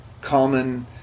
common